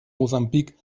mosambik